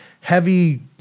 heavy